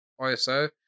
ISO